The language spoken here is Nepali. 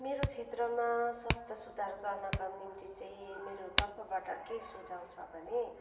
मेरो क्षेत्रमा स्वास्थ्य सुधार गर्नका निम्ति चाहिँ मेरोतर्फबाट के सुझाउ छ भने